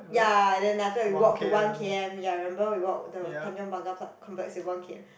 ya and then after that we walk to one k_m ya remember we walk the Tanjong-Pagar pla~ complex with one k_m